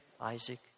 Isaac